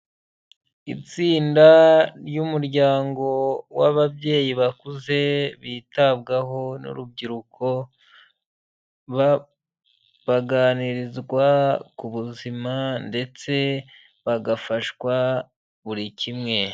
Itsinda ry'umuryango w'ababyeyi bakuze bitabwaho n'urubyiruko, baganirizwa ku buzima ndetse bagafashwa buri kimwe.